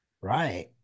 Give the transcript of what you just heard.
Right